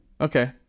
okay